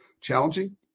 challenging